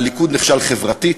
הליכוד נכשל חברתית,